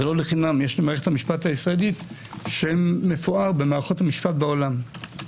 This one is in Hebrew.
לא לחינם יש למערכת המשפט הישראלית שם מפואר במערכות המשפט בעולם.